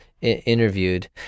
interviewed